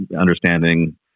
understanding